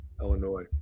illinois